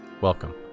Welcome